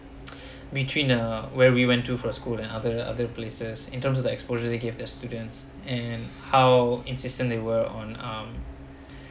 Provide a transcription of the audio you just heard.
between uh where we went to for school and other other places in terms of the exposure they give their students and how insistently they were on um